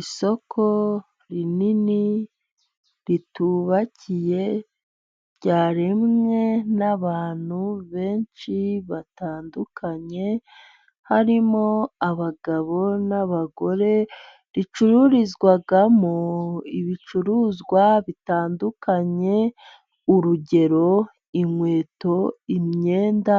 Isoko rinini, ritubakiye, ryaremwe n'abantu benshi batandukanye, harimo abagabo n'abagore, ricururizwamo ibicuruzwa bitandukanye, urugero: inkweto, imyenda